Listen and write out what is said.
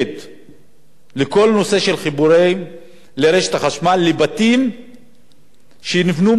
לכל נושא החיבורים לרשת החשמל לבתים שנבנו מחוץ לתוכניות המיתאר.